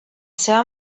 seva